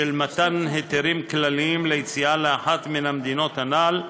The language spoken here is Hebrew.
מתן היתרים כלליים ליציאה לאחת מהמדינות הנ"ל,